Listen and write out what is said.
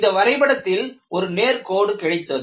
இந்த வரைபடத்தில் ஒரு நேர்கோடு கிடைத்தது